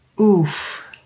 Oof